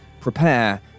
prepare